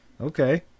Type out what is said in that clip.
okay